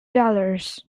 dollars